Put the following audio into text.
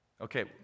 okay